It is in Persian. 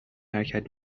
حرکت